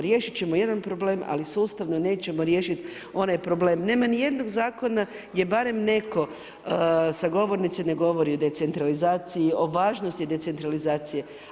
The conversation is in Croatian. Riješit ćemo jedan problem ali sustavno nećemo riješiti onaj problem, nema nijednog zakona gdje barem netko sa govornice ne govori o decentralizaciji, o važnosti decentralizacije.